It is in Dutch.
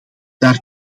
daar